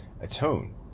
atone